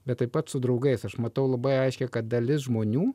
bet taip pat su draugais aš matau labai aiškiai kad dalis žmonių